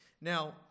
Now